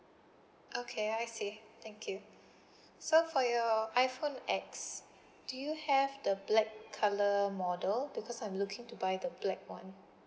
okay I see thank you so for your iPhone X do you have the black colour model because I'm looking to buy the black one